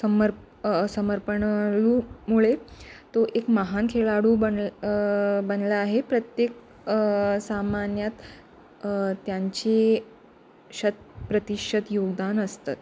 समर्प समर्पणामुळे तो एक महान खेळाडू बण बनला आहे प्रत्येक सामान्यात त्यांचे शत प्रतिशत योगदान असतंच